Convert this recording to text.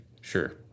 Sure